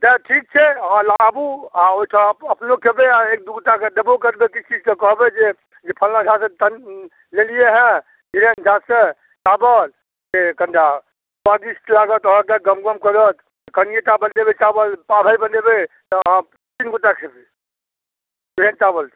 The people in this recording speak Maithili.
तै ठीक छै अहाँ आबू अहाँ ओहिठाम अपनो खेबै आओर एक दू टाके देबो करबै किछु किछु तऽ कहबै जे फलाँ झासँ लेलिए हँ धीरेन्द्र झासँ चावल से कनिटा स्वादिष्ट लागत अहाँके गमगम करत कनिटामे देबे चावल पाउ भरि बनेबै तऽ अहाँ तीन गोटा खेबै तेहन चावल छै